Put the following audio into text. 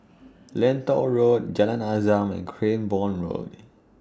Lentor Road Jalan Azam and Cranborne Road